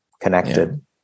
connected